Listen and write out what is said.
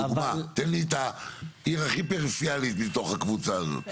תן לי את העיר הכי פריפריאלית מתוך הקבוצה הזאת.